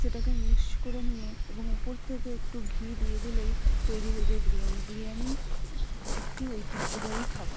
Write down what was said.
সেটাকে মিক্স করে নিয়ে এবং উপর থেকে একটু ঘি দিয়ে দিলেই তৈরি হয়ে যায় বিরিয়ানি বিরিয়ানি একটি ঐতিহ্যবাহী খাবার